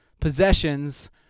possessions